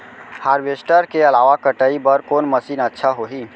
Harvester के अलावा कटाई बर कोन मशीन अच्छा होही?